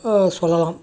சொல்லலாம்